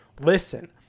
listen